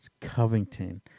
Covington